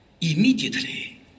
Immediately